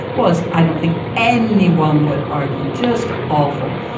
was i don't think anyone would argue. just awful.